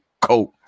coat